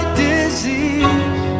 disease